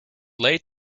leigh